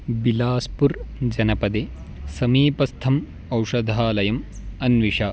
बिलास्पुर् जनपदे समीपस्थम् औषधालयम् अन्विष